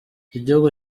igihugu